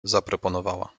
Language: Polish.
zaproponowała